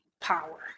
power